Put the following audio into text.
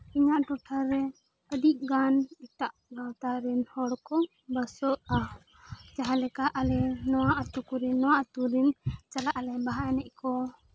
ᱤᱧᱟᱹᱜ ᱴᱚᱴᱷᱟᱨᱮ ᱟᱹᱰᱤ ᱜᱟᱱ ᱮᱴᱟᱜ ᱜᱟᱶᱛᱟ ᱨᱮᱱ ᱦᱚᱲ ᱠᱚ ᱵᱟᱥᱚᱜᱼᱟ ᱡᱟᱦᱟᱸ ᱞᱮᱠᱟ ᱟᱞᱮ ᱱᱚᱣᱟ ᱟᱹᱛᱩ ᱠᱚᱨᱮᱱ ᱱᱚᱣᱟ ᱟᱹᱛᱩ ᱨᱮᱱ ᱪᱟᱞᱟᱜᱼᱟᱞᱮ ᱵᱟᱦᱟ ᱮᱱᱮᱡ ᱠᱚ